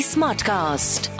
Smartcast